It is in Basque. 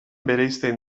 bereizten